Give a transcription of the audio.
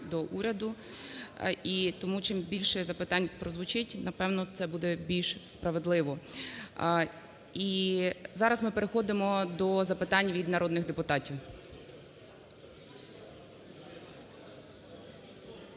до Уряду", і тому, чим більше запитань прозвучить, напевно, це буде більш справедливо. І зараз ми переходимо до запитань від народних депутатів.